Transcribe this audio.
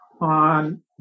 on